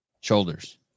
shoulders